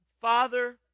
Father